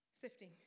Sifting